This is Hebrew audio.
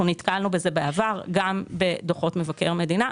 אנחנו נתקלנו בזה בעבר גם בדוחות מבקר מדינה,